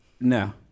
No